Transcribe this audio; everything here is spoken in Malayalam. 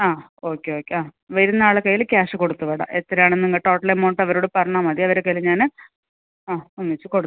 ആ ഓക്കെ ഓക്കെ ആ വരുന്നയാളുടെ കയ്യിൽ ക്യാഷ് കൊടുത്ത് വിടാം എത്രയാണെന്ന് റ്റോട്ടൽ എമൗണ്ട് അവരോട് പറഞ്ഞാൽ മതി അവരുടെ കയ്യിൽ ഞാൻ ആ ഒന്നിച്ച് കൊടുത്ത്